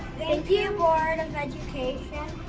thank you board of education.